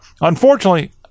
unfortunately